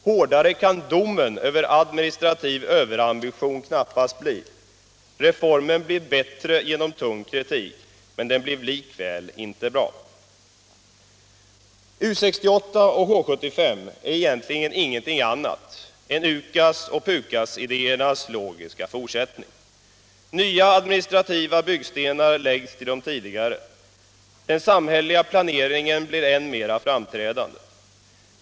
Hårdare kan domen över administrativ överambition knappast bli. Reformen blev bättre genom tung kritik, men den blev likväl inte bra. U 68 och H 75 är egentligen ingenting annat än UKAS och PUKAS idéernas logiska fortsättning. Nya administrativa byggstenar läggs till de tidigare. Den samhälleliga planeringen blir än mer framträdande.